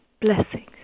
Blessings